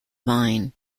line